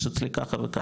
יש אצלי ככה וככה.